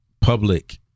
public